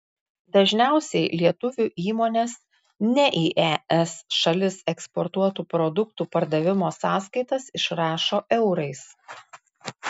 dažniausiai lietuvių įmonės ne į es šalis eksportuotų produktų pardavimo sąskaitas išrašo eurais